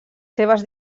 seves